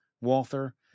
Walther